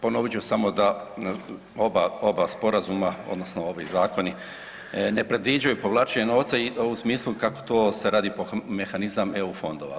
Ponovit ću samo da oba sporazuma odnosno ovi zakoni ne predviđaju povlačenje novca u smislu kako to se radi mehanizam eu fondova.